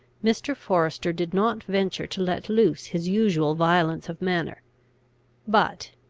mr. forester did not venture to let loose his usual violence of manner but,